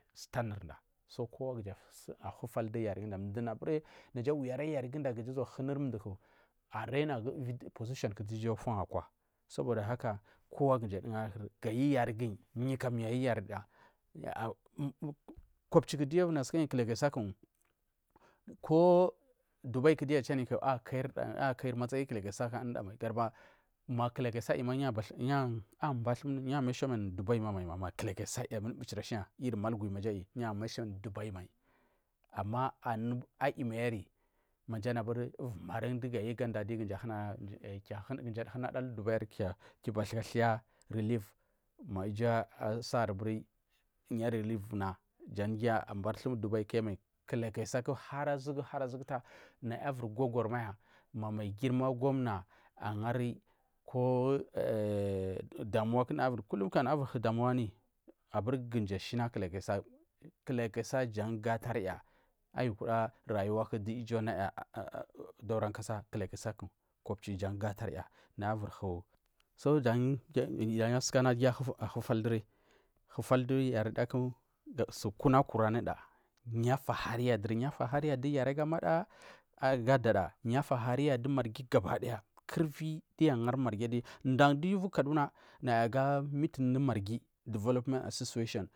Sutan nurda so kowa kuja hufal du yarinda mdur na aburi naja awi ara yarirda duja hu unurmjiku arainargu ivir positionku du iju atiyan awkwa sobodahaka kowa kuja adugarkur gu ayu yariguyi yuk u kam yu ayuyarida a. a kopchi ku giviur nu asukayi ku ko dubaiku giu achu anu yuku aiyi akaiyiri kumai anuda mai ma kilalkasa ayuma yu agathum dubai mai kilakisa ayi ashina yiyir malgwi yu asuni dubai mai anu ayumairi giu anubari dubai jan hunada aliu dubai kul athai releaf asaburi yuna batsuni dubai asukamai kilakisa har azugu har azuguta naya ivir ցagarmata mai girma gwamna angari ko damuwaku dunaya hiryi ivar hu damuwa anuyi aburkumji ashina kilakisa kilakisa jan gatayar ayukuda rayuwa ku du iju anaya udorun kasa kopchi jan gata yar naya ivirhu jan sukuna giu ahufal du kilakisa duri hufal du yariya su kuna ku anuda yu afabariya duri ari du yari ga abada du yari gu adada fahari du marghi gabakidaya kuna giu angari marghi adi dan giyu hai kaduna naya aga metin unu marghi development association.